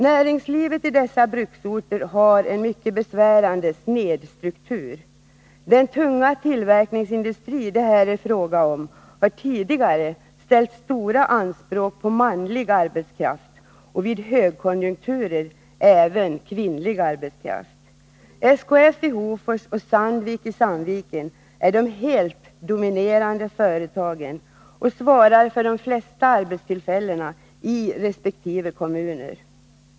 Näringslivet på dessa bruksorter har en mycket besvärande snedstruktur. Den tunga tillverkningsindustri det här är fråga om har tidigare ställt stora anspråk på manlig arbetskraft och vid högkonjunktur även på kvinnlig arbetskraft. SKF i Hofors och Sandvik AB i Sandviken är de helt dominerande företagen och svarar för de flesta arbetstillfällena i resp. kommun.